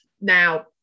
Now